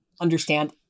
understand